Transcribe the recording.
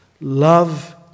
love